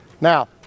now